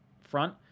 front